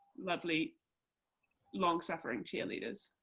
lovely long-suffering cheerleaders.